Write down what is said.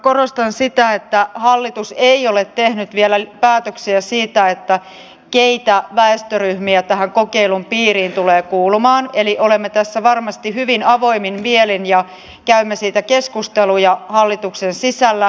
korostan sitä että hallitus ei ole tehnyt vielä päätöksiä siitä keitä väestöryhmiä tähän kokeilun piiriin tulee kuulumaan eli olemme tässä varmasti hyvin avoimin mielin ja käymme siitä keskusteluja hallituksen sisällä